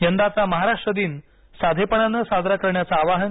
यंदाचा महाराष्ट्र दिन साधेपणानं साजरा करण्याचं आवाहन